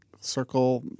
circle